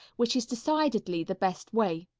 which is decidedly the best way.